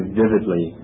vividly